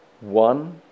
one